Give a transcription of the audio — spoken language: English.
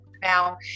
Now